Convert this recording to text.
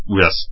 yes